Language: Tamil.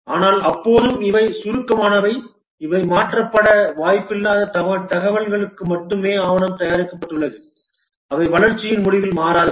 ஆனால் அப்போதும் இவை சுருக்கமானவை இவை மாற்றப்பட வாய்ப்பில்லாத தகவல்களுக்கு மட்டுமே ஆவணம் தயாரிக்கப்பட்டுள்ளது அவை வளர்ச்சியின் முடிவில் மாறாதவை